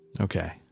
Okay